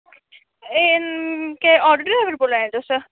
एह् केह् auto driver बोला दे तुस